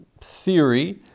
theory